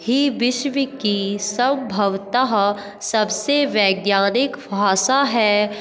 ही विश्व की संभवतः सबसे वैज्ञानिक भाषा है